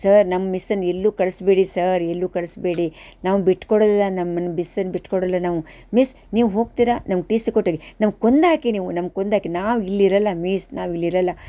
sir ನಮ್ಮ ಮಿಸ್ಸನ್ನು ಎಲ್ಲೂ ಕಳಿಸ್ಬೇಡಿ ಸಾರ್ ಎಲ್ಲೂ ಕಳಿಸ್ಬೇಡಿ ನಾವು ಬಿಟ್ಟುಕೊಡಲ್ಲ ನಮ್ಮನ್ನು ಮಿಸ್ಸನ್ನು ಬಿಟ್ಟುಕೊಡಲ್ಲ ನಾವು ಮಿಸ್ ನೀವು ಹೋಗ್ತೀರಾ ನಮ್ಗೆ ಟಿ ಸಿ ಕೊಟ್ಟು ಹೋಗಿ ನಮ್ಮ ಕೊಂದು ಹಾಕಿ ನೀವು ನಮ್ಮ ಕೊಂದು ಹಾಕಿ ನಾವು ಇಲ್ಲಿ ಇರೋಲ್ಲ ಮಿಸ್ ನಾವು ಇಲ್ಲಿ ಇರೋಲ್ಲ